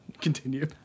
Continue